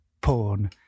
porn